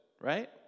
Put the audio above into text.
right